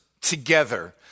together